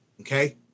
okay